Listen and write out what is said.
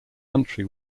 country